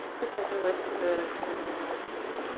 just start to lift the corners of your mouth just a bit.